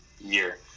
year